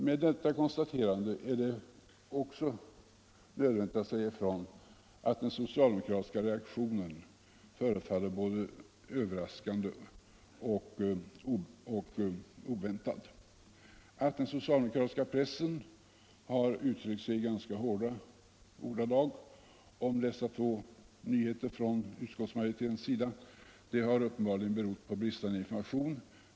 Med detta konstaterande är det också nödvändigt att säga ifrån att den socialdemokratiska reaktionen förefaller både överraskande och oväntad. Att den socialdemokratiska pressen har uttryckt sig i ganska hårda ordalag om dessa två nyheter från utskottsmajoritetens sida har uppenbarligen berott på bristande information.